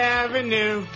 avenue